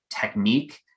technique